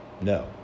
No